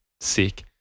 sick